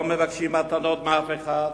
לא מבקשים מתנות מאף אחד,